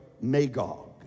Magog